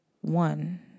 one